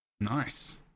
Nice